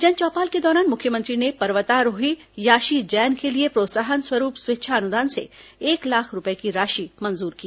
जनचौपाल के दौरान मुख्यमंत्री ने पर्वतारोही याशी जैन के लिए प्रोत्साहन स्वरूप स्वेच्छा अनुदान से एक लाख रूपए की राशि मंजूर की